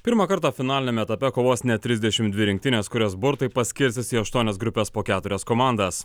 pirmą kartą finaliniame etape kovos net trisdešim dvi rinktinės kurias burtai paskirstys į aštuonias grupes po keturias komandas